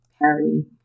Harry